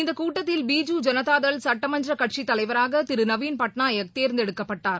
இந்தகூட்டத்தில் பிஜு ஜனதாதள் சுட்டமன்றகட்சித் தலைவராகதிருநவீன் பட்நாயக்தேர்ந்தெடுக்கப்பட்டார்